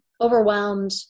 overwhelmed